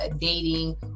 dating